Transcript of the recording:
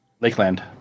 Lakeland